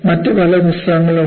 മറ്റു പല പുസ്തകങ്ങളും ഉണ്ട്